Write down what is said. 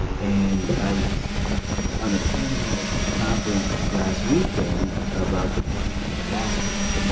and i was on a panel at at conference last weekend about the puerto rican diaspora,